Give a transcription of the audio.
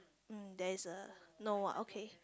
mm there is a no ah okay